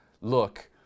look